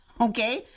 Okay